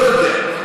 לא יודע.